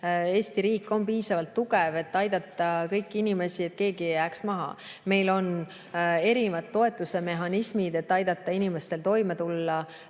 Eesti riik on piisavalt tugev, et aidata kõiki inimesi, nii et keegi ei jääks maha. Meil on erinevad toetusmehhanismid, et aidata inimestel oma eluga